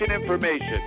information